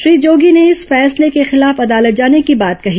श्री जोगी ने इस फैसले के खिलाफ अदालत जाने की बात कही